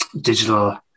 digital